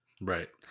Right